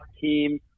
team